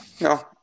No